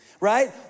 right